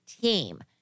team